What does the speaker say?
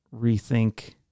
rethink